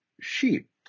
sheep